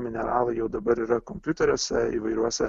mineralai jau dabar yra kompiuteriuose įvairiuose